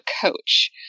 coach